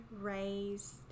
raised